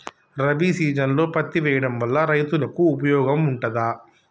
రబీ సీజన్లో పత్తి వేయడం వల్ల రైతులకు ఉపయోగం ఉంటదా?